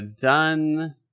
done